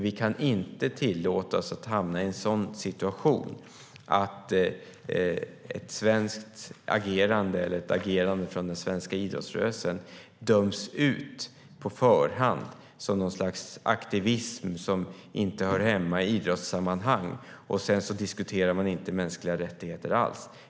Vi kan inte tillåta oss att hamna i en sådan situation att ett svenskt agerande eller ett agerande från den svenska idrottsrörelsen döms ut på förhand som något slags aktivism som inte hör hemma i idrottssammanhang, och sedan diskuterar man inte mänskliga rättigheter alls.